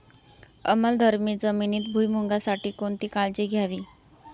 आम्लधर्मी जमिनीत भुईमूगासाठी कोणती काळजी घ्यावी?